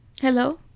hello